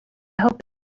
hope